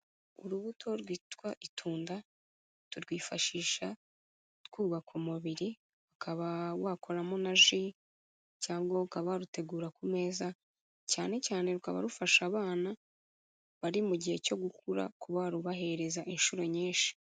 Urubuto rwitwa itunda turwifashisha twubaka umubiri, ukaba wakoramo na ji cyangwa ukaba barutegura ku meza cyane cyane rwaba rufasha abana bari mu gihe cyo gukura kuba rubahereza inshuro nyinshi.